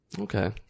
Okay